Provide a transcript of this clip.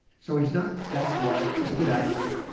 so he's not that smart. he's a good athlete.